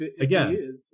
Again